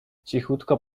cichutko